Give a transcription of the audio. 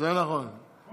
מי לוחץ אותך,